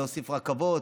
להוסיף רכבות,